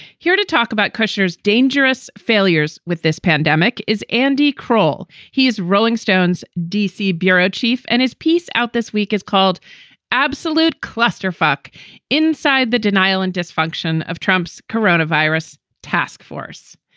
here to talk about kushner's dangerous failures with this pandemic is andy kroll. he is rolling stone's d c. bureau chief. and his piece out this week is called absolute cluster fuck inside the denial and dysfunction of trump's coronavirus task force.